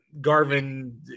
garvin